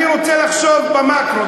אני רוצה לחשוב במקרו,